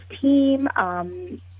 team